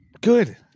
Good